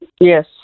Yes